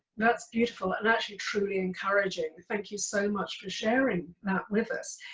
that's beautiful and actually truly encouraging. thank you so much for sharing that with us.